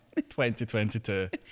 2022